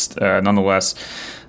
nonetheless